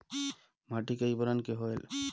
माटी कई बरन के होयल?